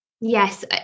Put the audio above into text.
yes